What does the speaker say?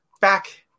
back